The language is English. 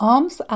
Arms